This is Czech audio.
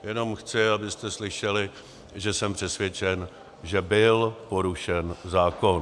Jenom chci, abyste slyšeli, že jsem přesvědčen, že byl porušen zákon.